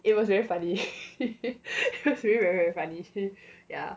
it was very funny it was very very funny yeah